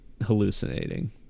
hallucinating